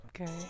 Okay